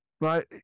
right